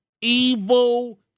evil